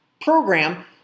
program